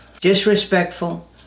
disrespectful